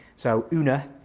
so una.